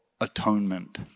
atonement